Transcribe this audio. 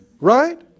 Right